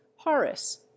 Horace